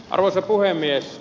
arvoisa puhemies